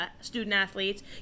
student-athletes